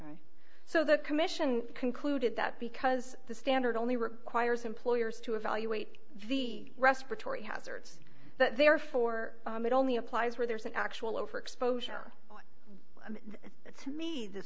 right so the commission concluded that because the standard only requires employers to evaluate the respiratory hazards therefore it only applies where there is an actual over exposure that's me the